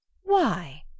Why